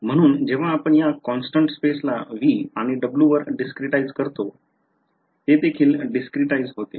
म्हणून जेव्हा आपण या कॉन्स्टन्ट स्पॅसे ला V आणि W वर discretize करतो ते देखील discretize होते